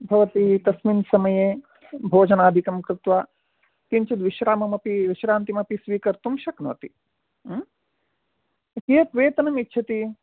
भवती तस्मिन् समये भोजनादिकं कृत्वा किञ्चित् विश्राममपि विश्रान्तिमपि स्वीकर्तुं शक्नोति ह्म् कियत् वेतनम् इच्छति